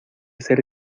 ser